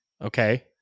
Okay